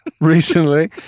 recently